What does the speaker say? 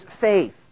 faith